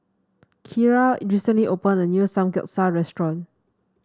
Keira recently opened a new Samgyeopsal restaurant